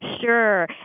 Sure